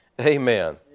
Amen